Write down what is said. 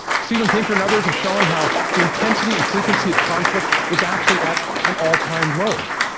steven pinker and others have shown how the intensity and frequency of conflict is actually at an all-time low.